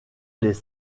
les